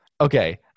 Okay